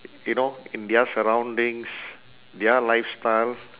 you know in their surroundings their lifestyle